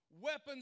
Weapons